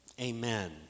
Amen